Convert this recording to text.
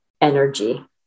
energy